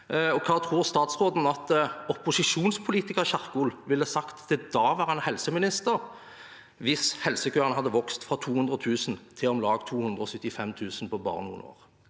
Hva tror statsråden at opposisjonspolitiker Kjerkol ville sagt til daværende helseminister hvis helsekøene hadde vokst fra 200 000 til om lag 275 000 personer